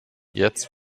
jetzt